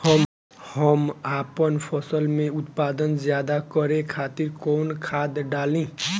हम आपन फसल में उत्पादन ज्यदा करे खातिर कौन खाद डाली?